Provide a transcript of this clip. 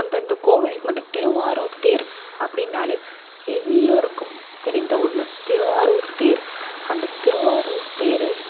அந்தந்த கோவில் மட்டும் திருவாரூர் தேர் அப்படினாலே எல்லோருக்கும் தெரிந்த ஒன்று திருவாரூர் தேர் அந்த திருவாரூர் தேரை